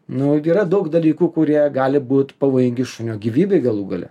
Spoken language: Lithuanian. nu yra daug dalykų kurie gali būt pavojingi šunio gyvybei galų gale